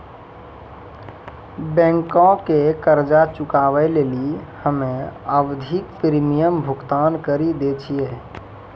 बैंको के कर्जा चुकाबै लेली हम्मे आवधिक प्रीमियम भुगतान करि दै छिये